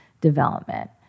development